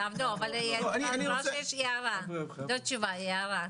לא, אבל אני רואה שיש הערה, לא תשובה, הערה.